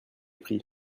pris